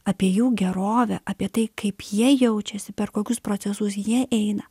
apie jų gerovę apie tai kaip jie jaučiasi per kokius procesus jie eina